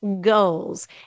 goals